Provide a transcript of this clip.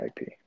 IP